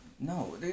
no